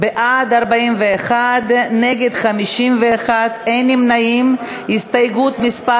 וכעת נצביע על הסתייגות מס' 14. מי בעד ומי נגד הסתייגות מס'